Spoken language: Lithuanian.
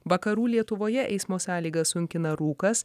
vakarų lietuvoje eismo sąlygas sunkina rūkas